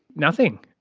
nothing.